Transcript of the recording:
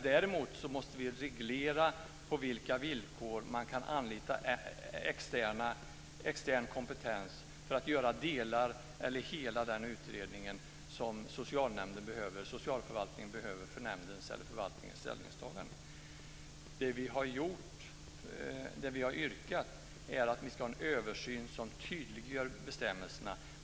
Däremot måste vi reglera på vilka villkor man kan anlita extern kompetens för att göra delar av utredningen eller hela den utredning som socialförvaltningen behöver för socialnämndens eller förvaltningens ställningstagande. Det som vi har yrkat på är en översyn som tydliggör bestämmelserna.